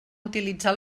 utilitzar